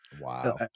Wow